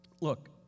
look